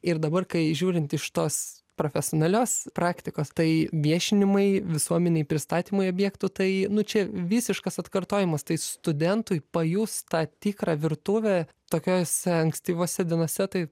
ir dabar kai žiūrint iš tos profesionalios praktikos tai viešinimai visuomenei pristatymai objektų tai nu čia visiškas atkartojimas tai studentui pajusti tą tikrą virtuvę tokiose ankstyvose dienose tai